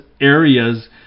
areas